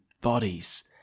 bodies